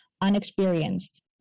unexperienced